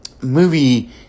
movie